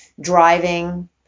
driving